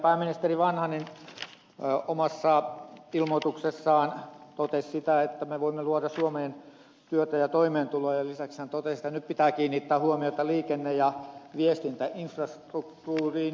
pääministeri vanhanen omassa ilmoituksessaan totesi että me voimme luoda suomeen työtä ja toimeentuloa ja lisäksi hän totesi että nyt pitää kiinnittää huomiota liikenne ja viestintäinfrastruktuuriin